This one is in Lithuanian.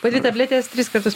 pati tabletes tris kartus